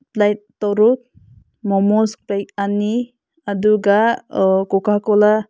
like ꯇꯧꯔꯣ momos plate ꯑꯅꯤ ꯑꯗꯨꯒ ꯀꯣꯀꯥ ꯀꯣꯂꯥ